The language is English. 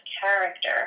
character